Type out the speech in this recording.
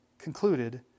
concluded